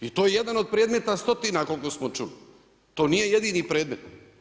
I to je jedan od predmeta stotina koliko smo čuli, to nije jedini predmet.